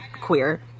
queer